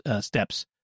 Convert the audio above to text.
steps